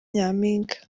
nyampinga